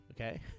okay